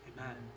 amen